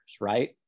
right